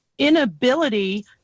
inability